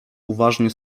uważnie